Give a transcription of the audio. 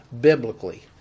biblically